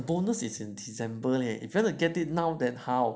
bonus is in december leh if you want to get it now then how